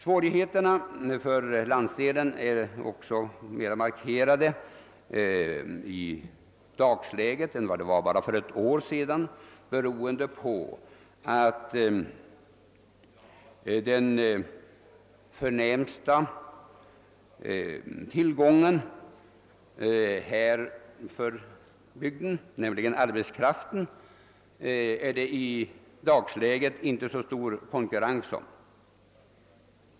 Svårigheterna för landsdelen är också mera markerade i dagens läge än de var för bara ett år sedan, beroende på att det i dagens läge inte råder så stor konkurrens om den förnämsta tillgången för bygden, nämligen arbetskraften.